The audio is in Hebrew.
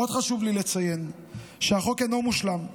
עוד חשוב לי לציין שהחוק אינו מושלם,